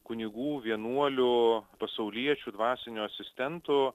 kunigų vienuolių pasauliečių dvasinių asistentų